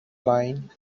line